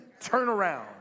turnaround